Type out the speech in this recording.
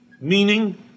meaning